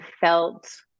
felt